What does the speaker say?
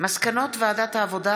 מסקנות ועדת העבודה,